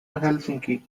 helsinki